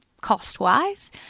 cost-wise